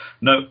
No